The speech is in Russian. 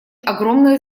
огромное